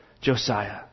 Josiah